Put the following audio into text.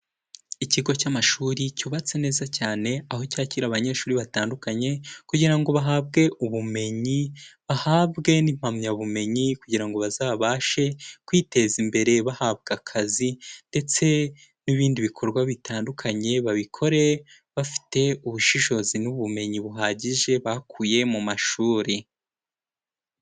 Ikigo cy'amashuri cyubatse neza cyane, aho cyakira abanyeshuri batandukanye kugira ngo bahabwe ubumenyi, bahabwe n'impamyabumenyi kugira ngo bazabashe kwiteza imbere bahabwa akazi ndetse n'ibindi bikorwa bitandukanye, babikore bafite ubushishozi n'ubumenyi buhagije bakuye mu mashuri.